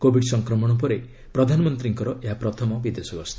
Covid ସଂକ୍ରମଣ ପରେ ପ୍ରଧାନମନ୍ତ୍ରୀଙ୍କର ଏହା ପ୍ରଥମ ବିଦେଶ ଗସ୍ତ